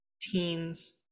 teens